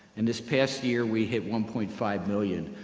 and this past year, we hit one point five million.